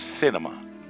Cinema